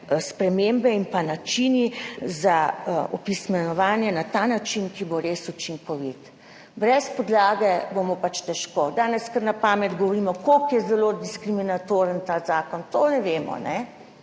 spremembe in pa načini za opismenjevanje na ta način, ki bo res učinkovit. Brez podlage bomo pač težko. Danes kar na pamet govorimo, kako zelo je diskriminatoren ta zakon. Tega ne vemo, ne